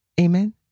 Amen